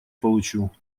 получу